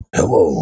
Hello